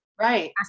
right